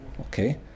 Okay